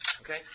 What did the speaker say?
Okay